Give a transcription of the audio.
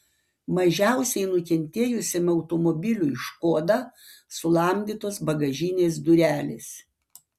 mažiausiai nukentėjusiam automobiliui škoda sulamdytos bagažinės durelės